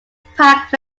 pack